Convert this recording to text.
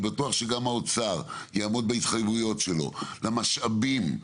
ואני בטוח שגם האוצר יעמוד בהתחייבויות שלו למשאבים.